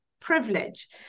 privilege